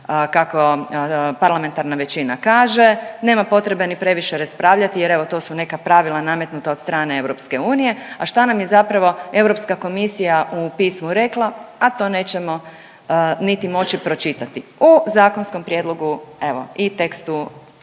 kako parlamentarna većina kaže, nema potrebe ni previše raspravljati jer evo, to su neka pravila nametnuta od strane EU, a šta nam je zapravo EK u pismu rekla? A to nećemo niti moći pročitati u zakonskom prijedlogu, evo, i tekstu